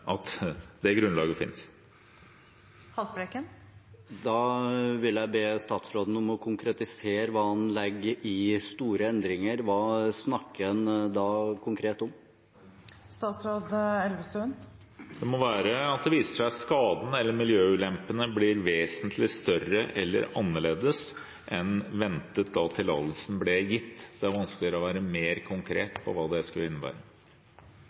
at det grunnlaget finnes. Da vil jeg be statsråden om å konkretisere hva han legger i «store endringer». Hva snakker han da konkret om? Det må være at det viser seg at skaden eller miljøulempene blir vesentlig større eller annerledes enn ventet da tillatelsen ble gitt. Det er vanskelig å være mer konkret på hva det skulle innebære.